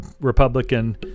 republican